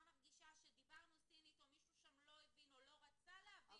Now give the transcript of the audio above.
מרגישה שדיברנו סינית או מישהו שם לא הבין או לא רצה להבין,